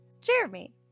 Jeremy